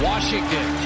Washington